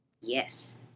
yes